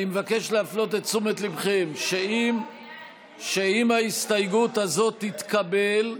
אני מבקש להפנות את תשומת ליבכם לכך שאם ההסתייגות הזאת תתקבל,